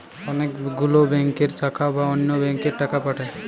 অনেক গুলো ব্যাংকের শাখা বা অন্য ব্যাংকে টাকা পাঠায়